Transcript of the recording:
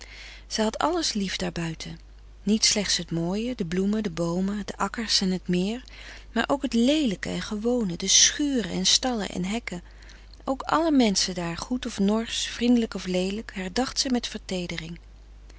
des doods alles lief daarbuiten niet slechts het mooie de bloemen de boomen de akkers en het meer maar ook het leelijke en gewone de schuren en stallen en hekken ook alle menschen daar goed of norsch vrindelijk of leelijk herdacht ze met